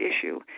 issue